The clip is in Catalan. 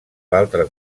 l’altre